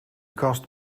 kast